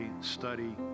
study